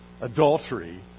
adultery